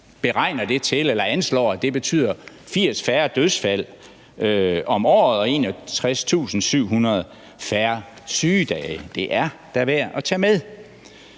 på 35 pct. Det anslår man til at betyde 80 færre dødsfald om året og 61.700 færre sygedage. Det er da værd at tage med.